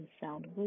sound